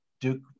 Duke